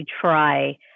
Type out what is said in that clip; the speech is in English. try